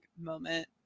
moment